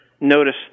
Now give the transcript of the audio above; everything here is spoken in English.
notice